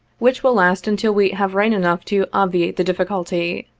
which will last until we have rain enough to obviate the difficulty,